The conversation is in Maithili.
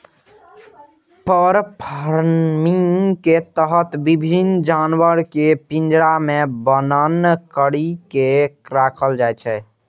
फर फार्मिंग के तहत विभिन्न जानवर कें पिंजरा मे बन्न करि के राखल जाइ छै